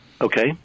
Okay